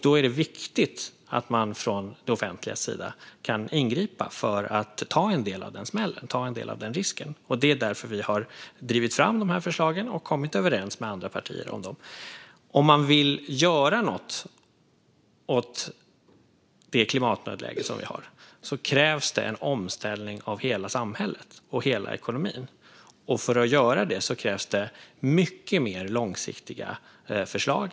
Då är det viktigt att det offentliga kan ingripa och ta en del av den smällen, av den risken. Det är därför vi har drivit fram de här förslagen och kommit överens med andra partier om dem. Om man vill göra något åt vårt klimatnödläge krävs en omställning av hela samhället och hela ekonomin. Och för att göra det krävs mycket mer långsiktiga förslag.